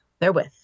therewith